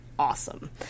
awesome